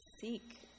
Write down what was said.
seek